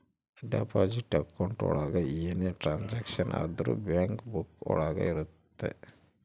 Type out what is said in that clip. deposit account ಒಳಗ ಏನೇ transaction ಆದ್ರೂ ಬ್ಯಾಂಕ್ ಬುಕ್ಕ ಒಳಗ ಇರುತ್ತೆ